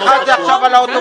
אחד על רכש גומלין בכלל,